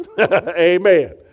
Amen